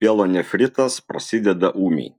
pielonefritas prasideda ūmiai